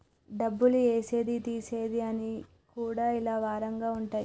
డబ్బులు ఏసేది తీసేది అన్ని కూడా ఇలా వారంగా ఉంటయి